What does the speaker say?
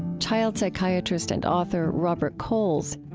child psychiatrist and author robert coles.